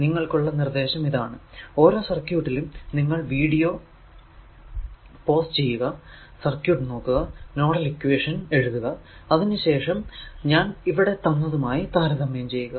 നിങ്ങൾക്കുള്ള നിർദേശം ഇതാണ് ഓരോ സർക്യൂട്ടിലും നിങ്ങൾ വീഡിയോ പോസ് ചെയ്യുക സർക്യൂട് നോക്കുക നോഡൽ ഇക്വേഷൻ എഴുതുക അതിനു ശേഷം ഞാൻ ഇവിടെ തന്നതുമായി താരതമ്യം ചെയ്യുക